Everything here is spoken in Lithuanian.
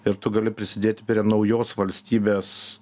ir tu gali prisidėti prie naujos valstybės